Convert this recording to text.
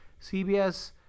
CBS